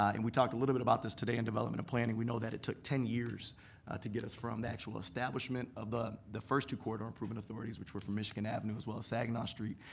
and we talked a little bit about this today in development and planning. we know that it took ten years to get us from the actual establishment of the the first two corridor improvement authorities, which were from michigan avenue as well as saginaw street.